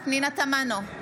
פנינה תמנו,